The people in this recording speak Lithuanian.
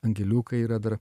angeliukai yra dar